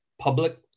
public